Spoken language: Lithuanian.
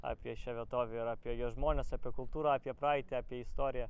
apie šią vietovę ir apie jos žmones apie kultūrą apie praeitį apie istoriją